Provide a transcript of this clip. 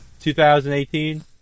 2018